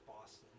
Boston